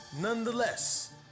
Nonetheless